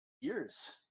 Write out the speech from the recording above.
Years